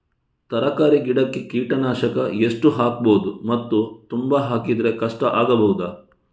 ತರಕಾರಿ ಗಿಡಕ್ಕೆ ಕೀಟನಾಶಕ ಎಷ್ಟು ಹಾಕ್ಬೋದು ಮತ್ತು ತುಂಬಾ ಹಾಕಿದ್ರೆ ಕಷ್ಟ ಆಗಬಹುದ?